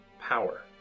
power